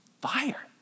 fire